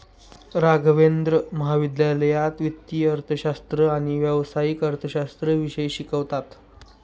राघवेंद्र महाविद्यालयात वित्तीय अर्थशास्त्र आणि व्यावसायिक अर्थशास्त्र विषय शिकवतात